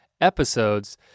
episodes